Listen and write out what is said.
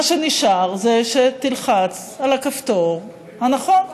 מה שנשאר זה שתלחץ על הכפתור הנכון: